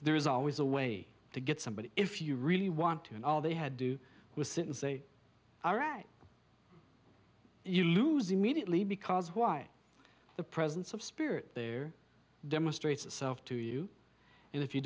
there is always a way to get somebody if you really want to and all they had do was sit and say all right you lose immediately because why the presence of spirit there demonstrates itself to you and if you